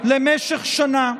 למשך שנה.